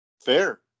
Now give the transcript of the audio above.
Fair